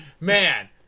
man